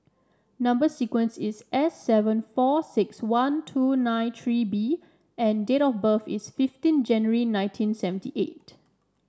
number sequence is S seven four six one two nine three B and date of birth is fifteen January nineteen seventy eight